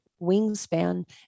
wingspan